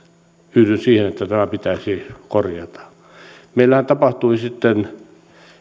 yhdyn siihen että tämä pitäisi korjata meillähän tapahtui sitten